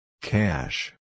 Cash